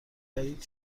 شهید